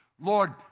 Lord